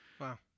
Wow